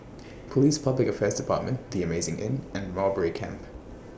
Police Public Affairs department The Amazing Inn and Mowbray Camp